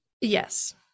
Yes